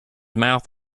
mouth